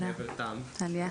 אני אעביר את זה עכשיו לטליה.